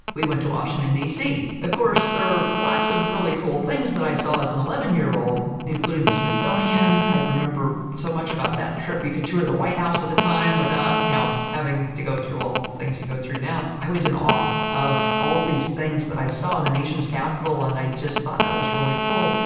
we went to washington dc. of course, there are lots of really cool things that i saw as an eleven year old, including the smithsonian, i remember so much about that trip, you could tour the white house at the time without, you know, having to go through all of the things you go through now. i was in awe of all of these things that i saw in the nation's capital, and i just thought that was really cool.